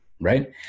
right